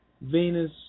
Venus